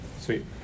Sweet